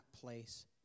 place